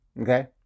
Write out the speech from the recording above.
Okay